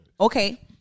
Okay